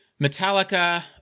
Metallica